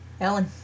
Ellen